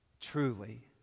truly